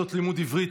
שעות לימוד עברית),